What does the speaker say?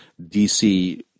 DC